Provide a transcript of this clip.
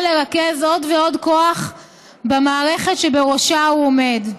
לרכז עוד ועוד כוח במערכת שבראשה הוא עומד?"